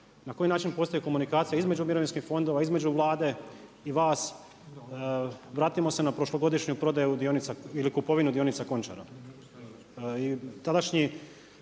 na koji način postoji komunikacija između mirovinskih fondova, između Vlade i vas, vratimo se na prošlogodišnju prodaju dionica ili kupovinu dionica Končara.